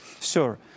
Sure